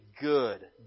good